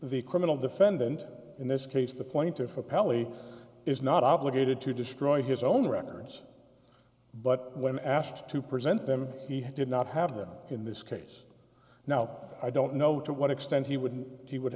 the criminal defendant in this case the plaintiff appellee is not obligated to destroy his own records but when asked to present them he did not have them in this case now i don't know to what extent he wouldn't he would